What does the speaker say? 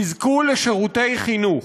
יזכו לשירותי חינוך.